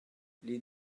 les